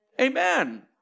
Amen